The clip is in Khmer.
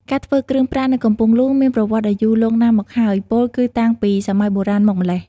ការធ្វើគ្រឿងប្រាក់នៅកំពង់ហ្លួងមានប្រវត្តិដ៏យូរលង់ណាស់មកហើយ ពោលគឺតាំងពីសម័យបុរាណមកម្ល៉េះ។